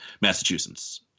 Massachusetts